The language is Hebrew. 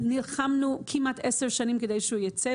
נלחמנו כמעט עשר שנים כדי שהוא ייצא,